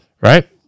Right